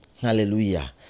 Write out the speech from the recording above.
hallelujah